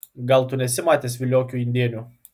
gal tu nesi matęs viliokių indėnių